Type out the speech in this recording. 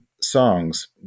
songs